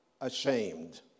ashamed